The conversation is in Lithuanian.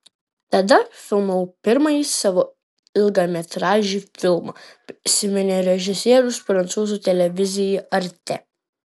tada filmavau pirmąjį savo ilgametražį filmą prisiminė režisierius prancūzų televizijai arte